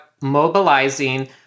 mobilizing